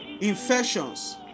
infections